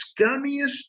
scummiest